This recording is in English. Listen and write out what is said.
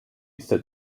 said